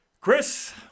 Chris